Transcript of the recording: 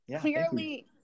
clearly